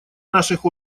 наших